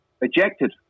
ejected